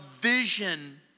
vision